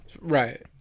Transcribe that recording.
right